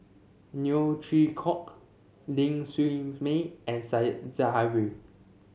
Neo Chwee Kok Ling Siew May and Said Zahari